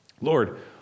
Lord